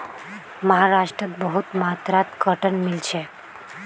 महाराष्ट्रत बहुत मात्रात कॉटन मिल छेक